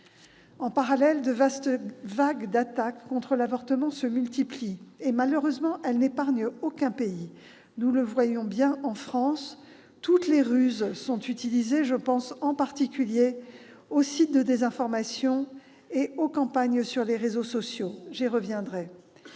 En parallèle, de vastes vagues d'attaques contre l'avortement se multiplient. Malheureusement, elles n'épargnent aucun pays- nous le voyons bien en France. Toutes les ruses sont utilisées. Je pense en particulier aux sites de désinformation et aux campagnes sur les réseaux sociaux. J'y reviendrai.